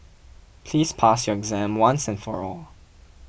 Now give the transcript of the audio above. please pass your exam once and for all